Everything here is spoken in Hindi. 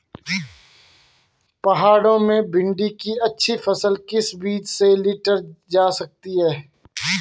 पहाड़ों में भिन्डी की अच्छी फसल किस बीज से लीटर जा सकती है?